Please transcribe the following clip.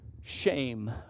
shame